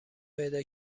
پیدا